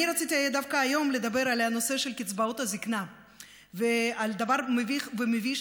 אני רציתי דווקא היום לדבר על נושא קצבאות הזקנה ועל דבר מביך ומביש